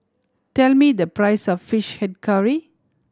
tell me the price of Fish Head Curry